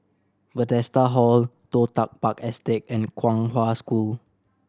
Bethesda Hall Toh Tuck Park Estate and Kong Hwa School